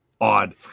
odd